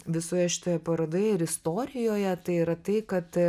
visoje šitoje parodoje ir istorijoje tai yra tai kad